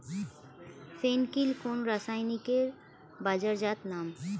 ফেন কিল কোন রাসায়নিকের বাজারজাত নাম?